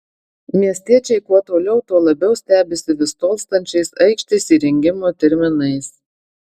miestiečiai kuo toliau tuo labiau stebisi vis tolstančiais aikštės įrengimo terminais